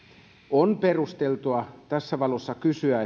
on perusteltua tässä valossa kysyä